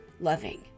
loving